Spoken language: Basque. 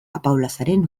apaolazaren